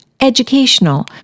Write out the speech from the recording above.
educational